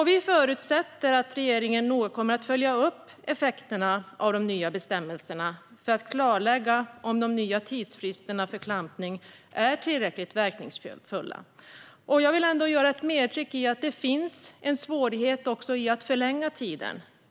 Vi förutsätter att regeringen noga kommer att följa upp effekterna av de nya bestämmelserna för att klarlägga om de nya tidsfristerna för klampning är tillräckligt verkningsfulla. Jag vill göra ett medskick. Det finns en svårighet med att förlänga tiden.